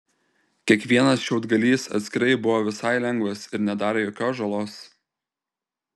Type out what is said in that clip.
kiekvienas šiaudgalys atskirai buvo visai lengvas ir nedarė jokios žalos